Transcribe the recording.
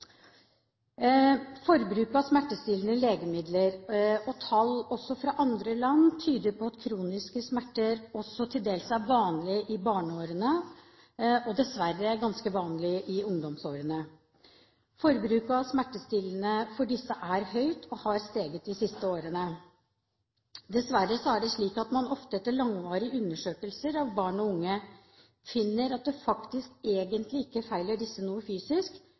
Forbruket av smertestillende legemidler og tall også fra andre land tyder på at kroniske smerter til dels er vanlig også i barneårene og dessverre ganske vanlig i ungdomsårene. Forbruket av smertestillende for disse er høyt og har steget de siste årene. Dessverre er det slik at man ofte etter langvarige undersøkelser av barn og unge finner at det faktisk egentlig ikke feiler disse noe fysisk,